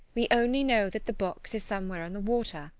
we only know that the box is somewhere on the water,